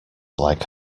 like